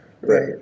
Right